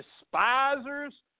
despisers